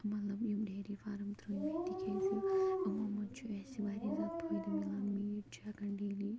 ٲں مطلب یِم ڈیری فارَم ترٛٲۍ مِتۍ تِکیٛازِ یمو منٛز چھِ اسہِ واریاہ زیادٕ فٲیدٕ میلان میٖٹ چھِ ہیٚکان ڈیلی